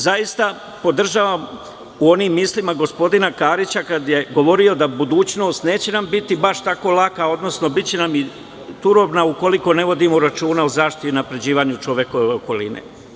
Zaista podržavam gospodina Karića, kada je govorio da budućnost neće nama biti baš tako laka, odnosno biće nam turobna ukoliko ne vodimo računa o zaštiti i unapređivanju čovekove okoline.